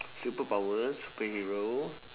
superpower superhero